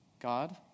God